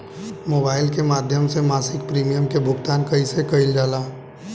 Mobile के माध्यम से मासिक प्रीमियम के भुगतान कैसे कइल जाला?